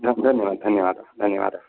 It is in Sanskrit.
हा धन्यवादः धन्यवादः धन्यवादः